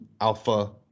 alpha